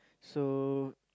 so